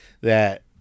that-